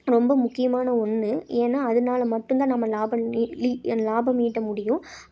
ரொம்ப முக்கியமான ஒன்று ஏன்னா அதனால் மட்டும்தான் நம்ம லாபம் லாபம் ஈட்ட முடியும்